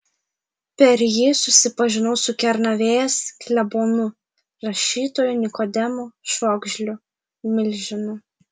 per jį susipažinau su kernavės klebonu rašytoju nikodemu švogžliu milžinu